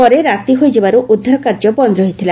ପରେ ରାତି ହୋଇଯିବାରୁ ଉଦ୍ଧାର କାର୍ଯ୍ୟ ବନ୍ଦ୍ ରହିଥିଲ